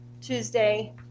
tuesday